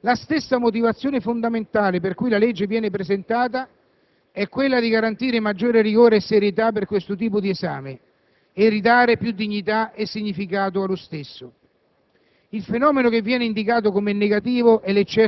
La stessa motivazione fondamentale per cui la legge viene presentata è quella di garantire maggiore rigore e serietà per questo tipo di esame e ridargli più dignità e significato. Il fenomeno